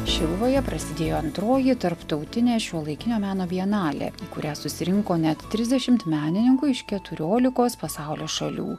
šiluvoje prasidėjo antroji tarptautinė šiuolaikinio meno bienalė kurią susirinko net trisdešimt menininkų iš keturiolikos pasaulio šalių